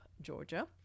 Georgia